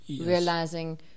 realizing